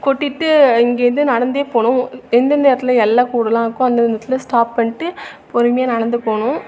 கொட்டிட்டு இங்கேருந்து நடந்தே போகணும் எந்தெந்த இடத்துல எல்ல கூடுலாம் இருக்கோ அந்தந்த இடத்துல ஸ்டாப் பண்ணிட்டு பொறுமையாக நடந்து போகணும்